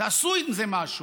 תעשו עם זה משהו,